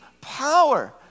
power